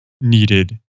needed